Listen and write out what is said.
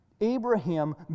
Abraham